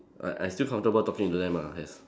like I still comfortable talking to them lah yes